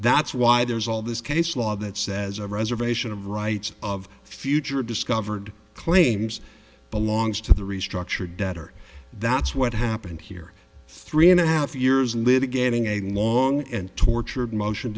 that's why there's all this case law that says a reservation of rights of future discovered claims belongs to the restructured debtor that's what happened here three and a half years litigating a long and tortured motion